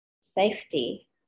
safety